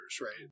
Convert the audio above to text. right